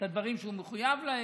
את הדברים שהוא מחויב להם.